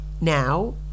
Now